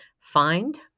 find